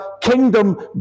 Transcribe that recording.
kingdom